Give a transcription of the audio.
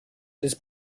des